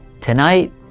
Tonight